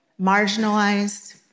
marginalized